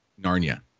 narnia